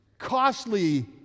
costly